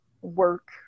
work